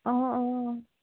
অঁ অঁ